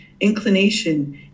inclination